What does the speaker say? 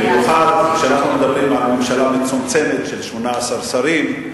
במיוחד כשאנחנו מדברים על ממשלה מצומצמת של 18 שרים,